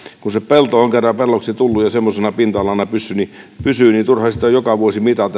kun se pelto on kerran pelloksi tullut ja semmoisena pinta alana pysyy niin turha sitä pinta alaa on joka vuosi mitata